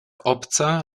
obca